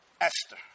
Esther